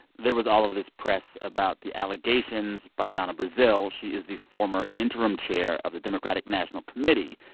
there was all of this press about the allegations by donna brazile. she is the former interim chair of the democratic national committee.